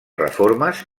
reformes